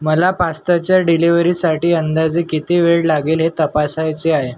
मला पास्ताच्या डिलिवरीसाठी अंदाजे किती वेळ लागेल हे तपासायचे आहे